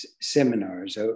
seminars